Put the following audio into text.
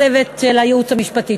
הצוות של הייעוץ המשפטי.